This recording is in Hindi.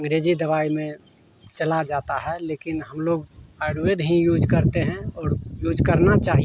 अँग्रेजी दवाई में चला जाता है लेकिन हम लोग आयुर्वेद ही यूज करते हैं और यूज करने चाहिए